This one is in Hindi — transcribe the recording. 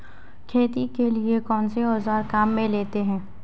खेती के लिए कौनसे औज़ार काम में लेते हैं?